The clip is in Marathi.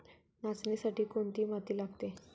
नाचणीसाठी कोणती माती लागते?